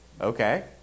Okay